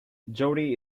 jodi